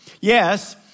Yes